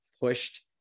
pushed